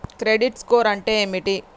Credit score అంటే ఏమిటి?